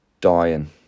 dying